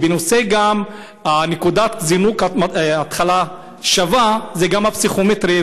בנושא נקודת זינוק להתחלה שווה, זה גם הפסיכומטרי.